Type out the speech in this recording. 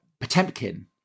Potemkin